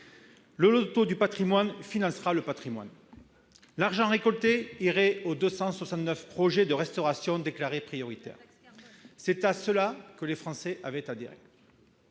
le loto du patrimoine financerait le patrimoine ; l'argent récolté irait aux 269 projets de restauration déclarés prioritaires. C'est à ce projet que les Français avaient adhéré.